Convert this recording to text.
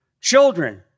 Children